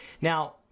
now